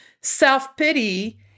self-pity